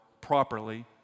properly